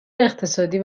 اقتصادی